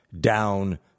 down